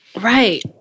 Right